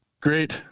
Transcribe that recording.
Great